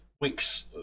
weeks